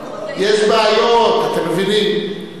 יש בעיות, אתם מבינים?